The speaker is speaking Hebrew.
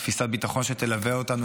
תפיסת ביטחון שתלווה אותנו,